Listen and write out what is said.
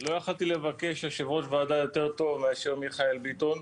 לא יכולתי לבקש יושב-ראש ועדה יותר טוב מאשר מיכאל ביטון.